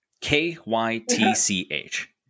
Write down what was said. K-Y-T-C-H